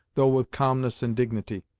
though with calmness and dignity,